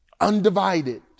undivided